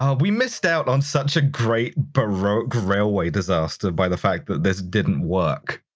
um we missed out on such a great baroque railway disaster by the fact that this didn't work.